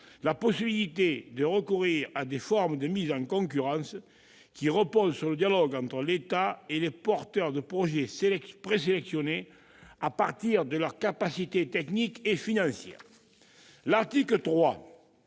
la possibilité de recourir à des formes de mise en concurrence, qui repose sur le dialogue entre l'État et les porteurs de projets présélectionnés à partir de leurs capacités techniques et financières. L'article 3,